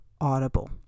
Audible